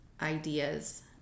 ideas